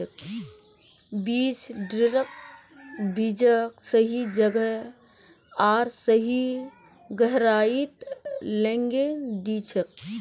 बीज ड्रिल बीजक सही जगह आर सही गहराईत लगैं दिछेक